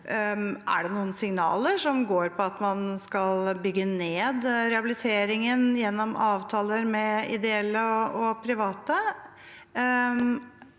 Er det noen signaler som går på at man skal bygge ned rehabiliteringen gjennom avtaler med ideelle og private,